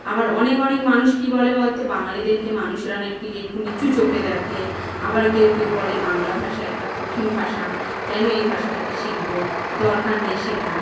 আবার অনেক অনেক মানুষ কী বলে বল তো বাঙালিদেরকে মানুষেরা না একটি একটু নিচু চোখে দেখে আবার কেউ কেউ বলে বাংলা ভাষা একটা কঠিন ভাষা কেন এই ভাষাটাকে শিখবো দরকার নেই শেখার